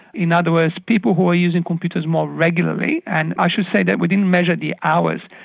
in other words people who were using computers more regularly and i should say that we didn't measure the hours,